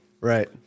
Right